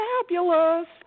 fabulous